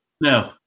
No